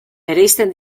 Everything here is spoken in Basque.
bereizten